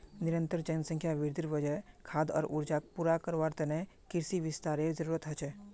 निरंतर जनसंख्या वृद्धिर वजह खाद्य आर ऊर्जाक पूरा करवार त न कृषि विस्तारेर जरूरत ह छेक